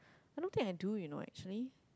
I don't think I do you know actually